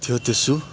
थियो त्यो सु